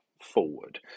forward